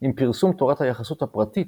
עם פרסום תורת היחסות הפרטית,